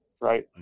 right